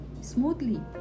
smoothly